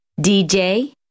DJ